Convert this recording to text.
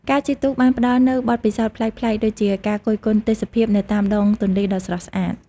ការជិះទូកបានផ្តល់នូវបទពិសោធន៍ប្លែកៗដូចជាការគយគន់ទេសភាពនៅតាមដងទន្លេដ៏ស្រស់ស្អាត។